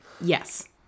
yes